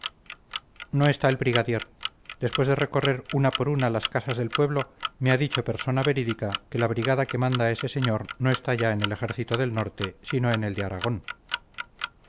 no está el brigadier después de recorrer una por una las casas del pueblo me ha dicho persona verídica que la brigada que manda ese señor no está ya en el ejército del norte sino en el de aragón